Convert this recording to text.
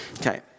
Okay